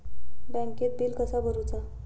बँकेत बिल कसा भरुचा?